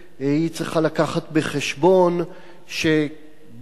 היא צריכה להביא בחשבון שבסוף הדרך,